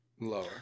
Lower